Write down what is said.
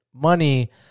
money